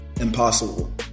impossible